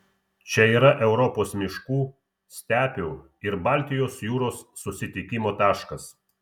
čia yra europos miškų stepių ir baltijos jūros susitikimo taškas